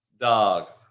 dog